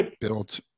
built